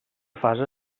fase